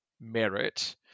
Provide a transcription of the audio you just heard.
Merit